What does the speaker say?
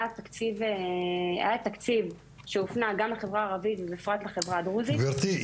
היה תקציב שהופנה גם לחברה הערבית ובפרט לחברה הדרוזית --- גברתי,